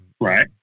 Right